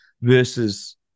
versus